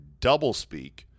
doublespeak